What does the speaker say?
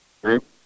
group